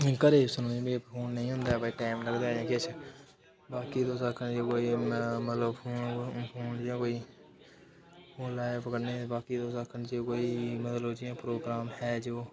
घरै फोन नेईं होंदा टैम नेईं लगदा असेंगी बाकी तुस आक्खने मतलब फोन भाई ओह् लैब कन्नै बाकी तुस आक्खा दे जि'यां मतलब कोई प्रोग्राम है जो